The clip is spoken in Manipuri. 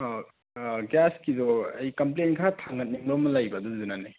ꯒ꯭ꯌꯥꯁꯀꯤꯗꯣ ꯑꯩ ꯀꯝꯄ꯭ꯂꯦꯟ ꯈꯔ ꯊꯥꯡꯒꯠꯅꯤꯡꯕ ꯑꯃ ꯂꯩꯕ ꯑꯗꯨꯗꯨꯅꯅꯦ